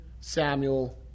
Samuel